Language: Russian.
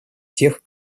тех